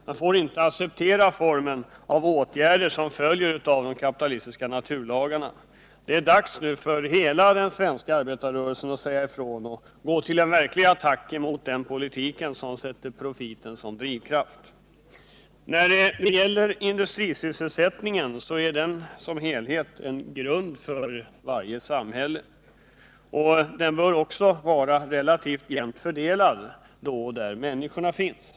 Den får inte heller acceptera åtgärder som följer av de kapitalistiska naturlagarna. Det är nu dags för hela den svenska arbetarrörelsen att säga ifrån och gå till verklig attack mot den politik som har profiten som drivkraft. Industrisysselsättningen som helhet är grunden för varje samhälle, och den bör vara relativt jämnt fördelad där människorna finns.